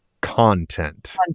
content